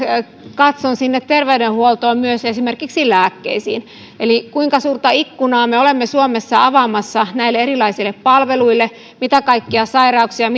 katson sinne terveydenhuoltoon myös esimerkiksi lääkkeisiin eli kuinka suurta ikkunaa me olemme suomessa avaamassa näille erilaisille palveluille mitä kaikkia sairauksia